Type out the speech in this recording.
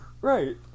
right